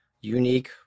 unique